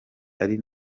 ari